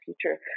future